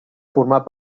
formar